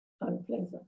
unpleasant